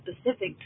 specific